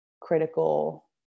critical